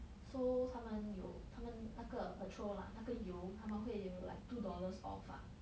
so 他们有他们那个 petrol lah 那个油他们会有 you like two dollars off ah